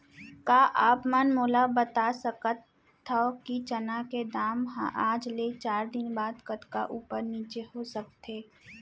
का आप मन मोला बता सकथव कि चना के दाम हा आज ले चार दिन बाद कतका ऊपर नीचे हो सकथे?